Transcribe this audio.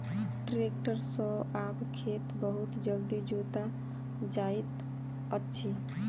tractor सॅ आब खेत बहुत जल्दी जोता जाइत अछि